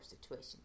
situation